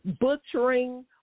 butchering